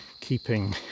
keeping